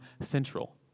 central